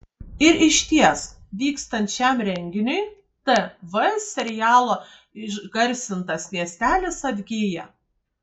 ir išties vykstant šiam renginiui tv serialo išgarsintas miestelis atgyja